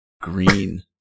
Green